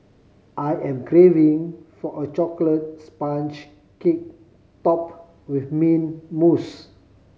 I am craving for a chocolate sponge cake top with mint mousse